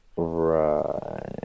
Right